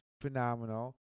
phenomenal